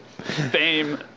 fame